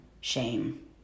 shame